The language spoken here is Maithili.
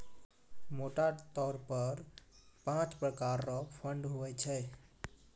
मोटा तौर पर पाँच प्रकार रो फंड हुवै छै